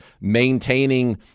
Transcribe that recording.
maintaining